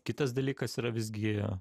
kitas dalykas yra visgi